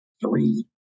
Three